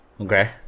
Okay